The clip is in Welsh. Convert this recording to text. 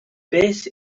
beth